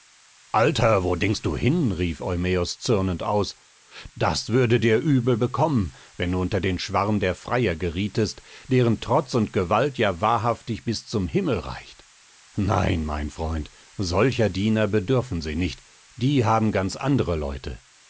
alter wo denkst du hin rief eumäos zürnend aus das würde dir übel bekommen wenn du unter den schwarm der freier gerietest deren trotz und gewalt ja wahrhaftig bis zum himmel reicht nein mein freund solcher diener bedürfen sie nicht die haben ganz andere leute